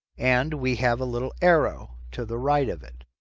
and we have a little arrow to the right of it.